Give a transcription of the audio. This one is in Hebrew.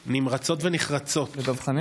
בפניכם את נוסח הצהרת האמונים ואתם תשיבו "מתחייב אני":